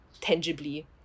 tangibly